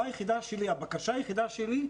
הבקשה היחידה שלי,